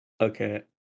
Okay